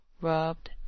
rubbed